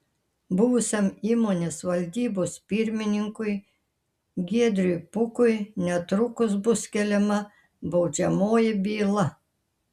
buvusiam įmonės valdybos pirmininkui giedriui pukui netrukus bus keliama baudžiamoji byla